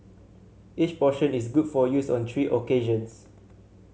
each portion is good for use on three occasions